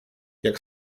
jak